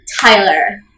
Tyler